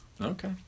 Okay